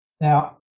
Now